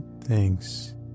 thanks